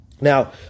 Now